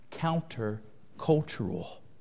counter-cultural